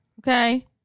Okay